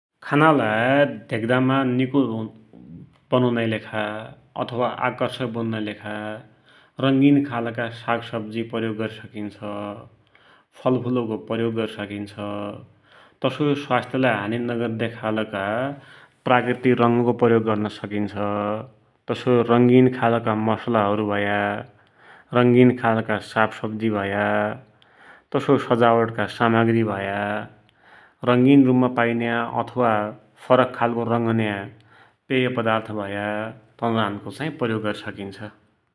खानालाई धेक्दामा निको वमुनाकी लेखा अथवा आकर्षक बनुनाकी लेखा रंगिन खालक सागसब्जी प्रयोग गरि सकिन्छ। फलफुलको प्रयोग गरिसकिन्छ, तसोइ स्वास्थ्यलाई हानी नगद्दया खालका प्राकृतिक रङ प्रयोग गर्दु सकिन्छ। तसोइ रगीन खालका मसालाहरू भया, रंगीन खालका सागसख्जी भया तसोइ सजावटका सामग्री भया, रंगीन रूपमा पाइन्या अथवा फरक खालको रङ हुन्या पेयपदार्थ भया तनरानको प्रयोग गरिसकिन्छ।